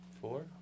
four